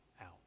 out